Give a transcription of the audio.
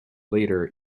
later